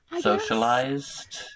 socialized